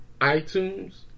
iTunes